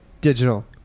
digital